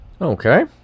Okay